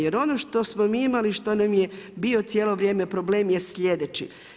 Jer ono što smo mi imali i što nam je bio cijelo vrijeme problem je sljedeći.